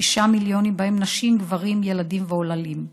שישה מיליונים, נשים, גברים ילדים ועוללים.